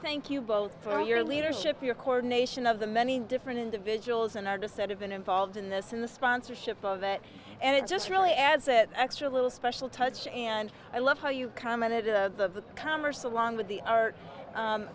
thank you both for your leadership your corps nation of the many different individuals and artists that have been involved in this in the sponsorship of it and it just really adds that extra little special touch and i love how you commented the converse of long with the